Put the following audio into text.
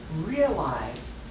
realize